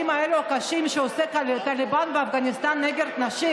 הקשים האלה שעושה הטליבאן באפגניסטן נגד נשים.